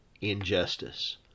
injustice